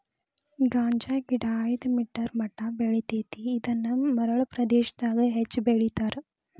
ಗಾಂಜಾಗಿಡಾ ಐದ ಮೇಟರ್ ಮಟಾ ಬೆಳಿತೆತಿ ಇದನ್ನ ಮರಳ ಪ್ರದೇಶಾದಗ ಹೆಚ್ಚ ಬೆಳಿತಾರ